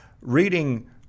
reading